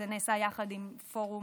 זה נעשה יחד עם פורום